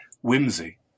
whimsy